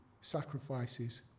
sacrifices